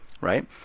right